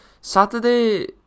Saturday